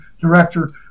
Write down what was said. director